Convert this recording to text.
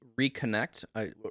reconnect